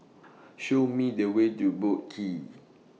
Show Me The Way to Boat Qee